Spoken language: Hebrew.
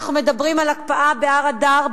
אנחנו מדברים על הקפאה בהר-אדר,